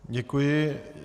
Děkuji.